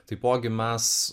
taipogi mes